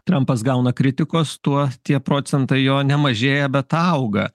trampas gauna kritikos tuo tie procentai jo nemažėja bet auga